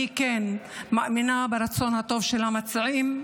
אני כן מאמינה ברצון הטוב של המציעים,